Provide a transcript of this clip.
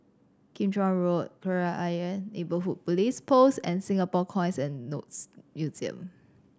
Kim Chuan Road Kreta Ayer Neighbourhood Police Post and Singapore Coins and Notes Museum